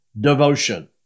devotion